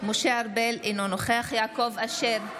משה ארבל, אינו נוכח יעקב אשר,